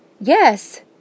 Yes